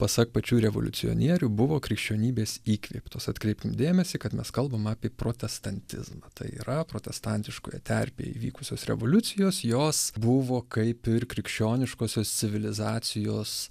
pasak pačių revoliucionierių buvo krikščionybės įkvėptos atkreipkim dėmesį kad mes kalbam apie protestantizmą tai yra protestantiškoje terpėje įvykusios revoliucijos jos buvo kaip ir krikščioniškosios civilizacijos